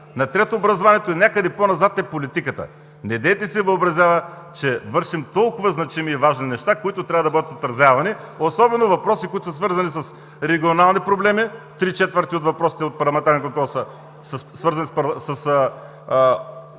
на трето – образованието, и някъде по-назад е политиката. Недейте си въобразява, че вършим толкова значими и важни неща, които трябва да бъдат отразявани, особено въпроси, които са свързани с регионални проблеми, три четвърти от парламентарните въпроси са свързани с